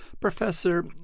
professor